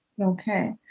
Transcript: Okay